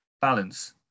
balance